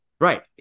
Right